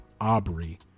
Aubrey